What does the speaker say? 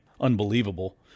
unbelievable